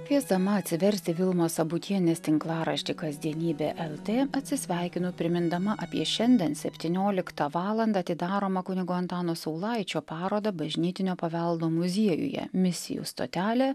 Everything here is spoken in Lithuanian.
kviesdama atsiversti vilmos sabutienės tinklaraštį kasdienybė lt atsisveikinu primindama apie šiandien septynioliktą valandą atidaromą kunigo antano saulaičio parodą bažnytinio paveldo muziejuje misijų stotelė